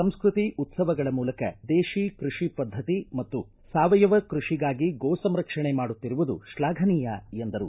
ಸಂಸ್ಟತಿ ಉತ್ಸವಗಳ ಮೂಲಕ ದೇಶಿ ಕೃಷಿ ಪದ್ಧತಿ ಮತ್ತು ಸಾವಯವ ಕೃಷಿಗಾಗಿ ಗೋ ಸಂರಕ್ಷಣೆ ಮಾಡುತ್ತಿರುವುದು ತ್ಲಾಘನೀಯ ಎಂದರು